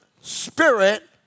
spirit